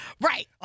Right